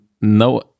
no